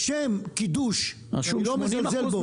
בשם קידוש, שאני לא מזלזל בו.